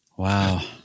Wow